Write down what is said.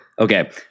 Okay